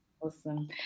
Awesome